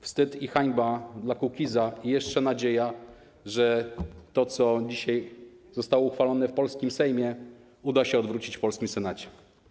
Wstyd i hańba dla Kukiza i jeszcze nadzieja, że to, co dzisiaj zostało uchwalone w polskim Sejmie, uda się odwrócić w polskim Senacie.